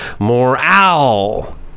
morale